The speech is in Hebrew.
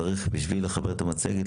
הוא אמר שהיא לא מוצדקת,